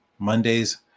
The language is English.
Mondays